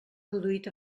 produït